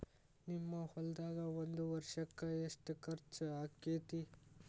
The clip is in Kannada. ನಿಮ್ಮ ಹೊಲ್ದಾಗ ಒಂದ್ ವರ್ಷಕ್ಕ ಎಷ್ಟ ಖರ್ಚ್ ಆಕ್ಕೆತಿ?